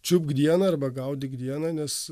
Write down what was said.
čiupk dieną arba gaudyk d ieną nes